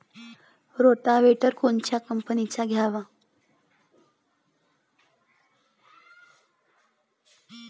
Rotavator कोनच्या कंपनीचं घ्यावं?